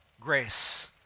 grace